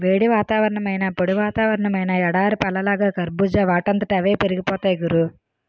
వేడి వాతావరణమైనా, పొడి వాతావరణమైనా ఎడారి పళ్ళలాగా కర్బూజా వాటంతట అవే పెరిగిపోతాయ్ గురూ